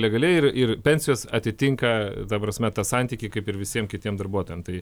legaliai ir ir pensijos atitinka ta prasme tą santykį kaip ir visiem kitiem darbuotojam tai